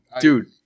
Dude